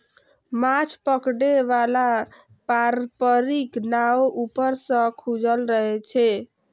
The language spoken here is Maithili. माछ पकड़े बला पारंपरिक नाव ऊपर सं खुजल रहै छै